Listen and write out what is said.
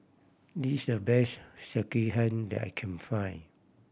this the best Sekihan that I can find